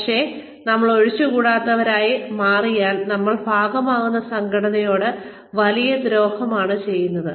കൂടാതെ നമ്മൾ ഒഴിച്ചുകൂടാനാകാത്തവരായി മാറിയാൽ നമ്മൾ ഭാഗമാകുന്ന സംഘടനയോട് വലിയ ദ്രോഹമാണ് ചെയ്യുന്നത്